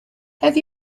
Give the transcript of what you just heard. have